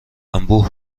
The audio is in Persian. انبوه